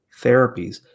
therapies